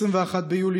21 ביולי,